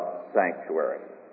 sanctuary